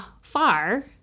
far